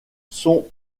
sont